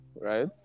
right